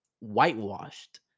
whitewashed